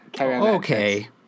Okay